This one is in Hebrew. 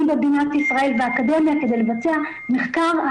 במדינת ישראל והאקדמיה כדי לבצע מחקר,